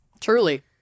Truly